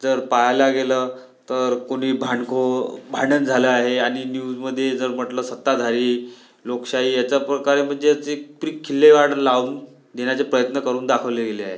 जर पाहायला गेलं तर कुणी भांडखोर भांडण झालं आहे आणि न्यूजमध्ये जर म्हटलं सत्ताधारी लोकशाही याचा प्रकारे म्हणजे ची प्री खिल्लेगाड लावून देण्याचे प्रयत्न करून दाखवले गेले आहे